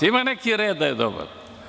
Ima neki red da je dobar.